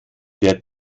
der